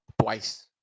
twice